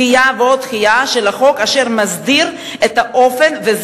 דחייה ועוד דחייה של החוק אשר מסדיר את האופן ואת